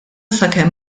sakemm